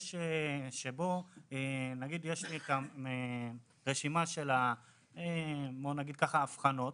שבו יש לי רשימה של הבחנות,